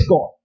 God